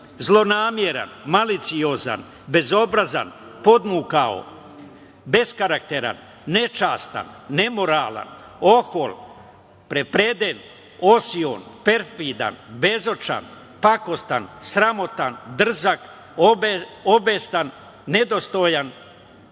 zlonameran, maliciozan, bezobrazan, podmukao, beskarakteran, nečastan, nemoralan, ohol, prepreden, osion, perfidan, bezočan, pakostan, sramotan, drzak, obestan, nedostojan,